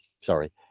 sorry